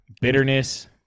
bitterness